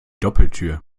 doppeltür